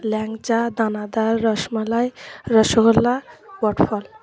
ল্যাংচা দানাদার রসমালাই রসগোল্লা ওয়াটফল